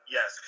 Yes